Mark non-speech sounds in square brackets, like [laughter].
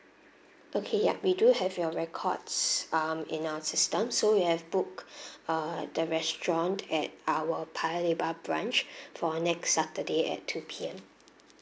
okay yup we do have your records um in our system so you have booked [breath] uh the restaurant at our paya lebar branch [breath] for next saturday at two P_M